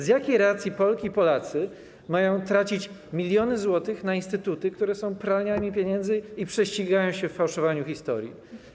Z jakiej racji Polki i Polacy mają tracić miliony złotych na instytuty, które są pralniami pieniędzy i prześcigają się w fałszowaniu historii?